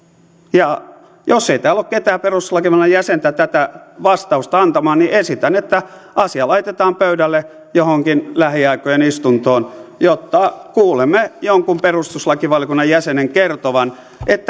jos täällä ei ole ketään perustuslakivaliokunnan jäsentä tätä vastausta antamaan niin esitän että asia laitetaan pöydälle johonkin lähiaikojen istuntoon jotta kuulemme jonkun perustuslakivaliokunnan jäsenen kertovan